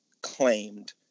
claimed